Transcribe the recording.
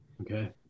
Okay